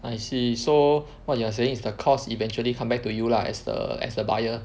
I see so what you are saying is the cost eventually come back to you lah as the as the buyer